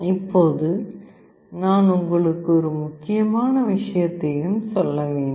இப்போது நான் உங்களுக்கு ஒரு முக்கியமான விஷயத்தையும் சொல்ல வேண்டும்